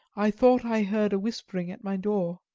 i thought i heard a whispering at my door.